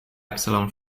epsilon